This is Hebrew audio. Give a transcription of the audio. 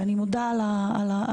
ואני מודה על הדיון,